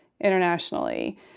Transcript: internationally